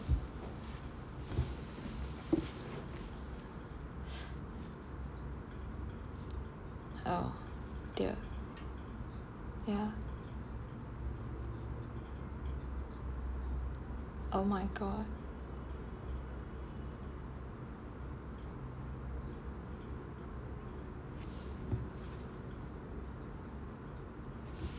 oh dear ya oh my god